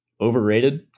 Overrated